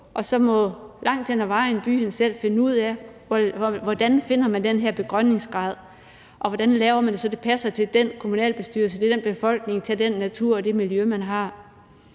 og så må byen langt hen ad vejen selv finde ud af, hvordan man finder den her begrønningsgrad, og hvordan man laver det, så det passer til den kommunalbestyrelse, den befolkning, den natur og det miljø, man har.